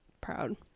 proud